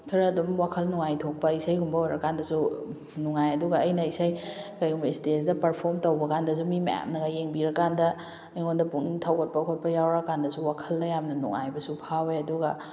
ꯈꯔ ꯑꯗꯨꯝ ꯋꯥꯈꯜ ꯅꯨꯡꯉꯥꯏꯊꯣꯛꯄ ꯏꯁꯩꯒꯨꯝꯕ ꯑꯣꯏꯔ ꯀꯥꯟꯗꯁꯨ ꯅꯨꯡꯉꯥꯏ ꯑꯗꯨꯒ ꯑꯩꯅ ꯏꯁꯩ ꯀꯔꯤꯒꯨꯝꯕ ꯏꯁꯇꯦꯖꯗ ꯄꯔꯐꯣꯝ ꯇꯧꯕ ꯀꯥꯟꯗꯁꯨ ꯃꯤ ꯃꯌꯥꯝꯅꯒ ꯌꯦꯡꯕꯤꯔ ꯀꯥꯟꯗ ꯑꯩꯉꯣꯟꯗ ꯄꯨꯛꯅꯤꯡ ꯊꯧꯒꯠꯄ ꯈꯣꯠꯄ ꯌꯥꯎꯔꯛꯑ ꯀꯥꯟꯗꯁꯨ ꯋꯥꯈꯜꯗ ꯌꯥꯝꯅ ꯅꯨꯡꯉꯥꯏꯕꯁꯨ ꯐꯥꯎꯋꯦ ꯑꯗꯨꯒ